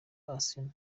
arsenal